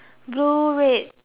ed